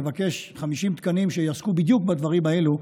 לבקש 50 תקנים שיעסקו בדיוק בדברים האלה.